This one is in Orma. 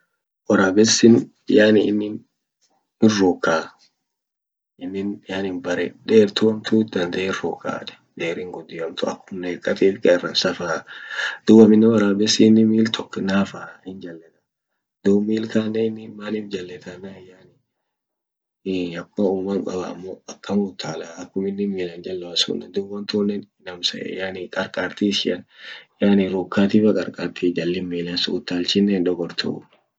Worabesin yani innin hin ruuka innin yani bere dertu hamtut dandee hinruuka derin gudio hamtu akum neqqatif qerams faa duub aminen worabesin mil tok naafa duub mil kannen innin manif jalleta yenan yani akan uumam qaaba ammo akkama uttala akum innin milan jalloa sunen duub wontunen qararti ishia yani rukatifa qar qartii jallin mila sun utalchinen hindogortuu.